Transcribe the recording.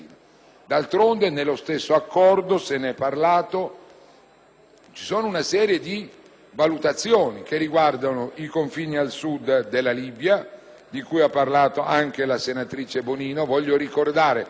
D'altronde, nello stesso accordo - se ne è parlato - sono contenute alcune valutazioni che riguardano i confini a Sud della Libia, su cui si è soffermata anche la senatrice Bonino.